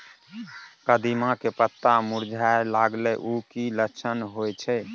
कदिम्मा के पत्ता मुरझाय लागल उ कि लक्षण होय छै?